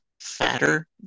fatter